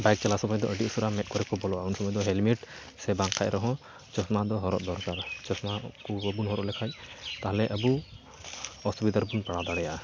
bike ᱪᱟᱞᱟᱣ ᱥᱚᱢᱚᱭᱫᱚ ᱟᱹᱰᱤ ᱩᱥᱟᱹᱨᱟ ᱢᱮᱫ ᱠᱚᱨᱮ ᱠᱚ ᱵᱚᱞᱚᱜᱼᱟ ᱩᱱ ᱥᱚᱢᱚᱭᱫᱚ ᱦᱮᱞᱢᱮᱴ ᱥᱮ ᱵᱟᱝᱠᱷᱟᱡ ᱨᱮᱦᱚᱸ ᱪᱚᱥᱢᱟᱫᱚ ᱦᱚᱨᱚᱜ ᱫᱚᱨᱠᱟᱨᱼᱟ ᱪᱚᱥᱢᱟᱠᱩ ᱵᱟᱹᱵᱩᱱ ᱦᱚᱨᱚᱜ ᱞᱮᱠᱷᱟᱡ ᱛᱟᱦᱚᱞᱮ ᱫᱚ ᱟᱹᱵᱩ ᱚᱥᱩᱵᱤᱫᱷᱟᱨᱮ ᱵᱚᱱ ᱯᱟᱲᱟᱣ ᱫᱟᱲᱮᱭᱟᱜᱼᱟ